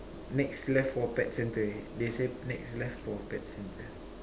next left for pet centre they say next left for pet centre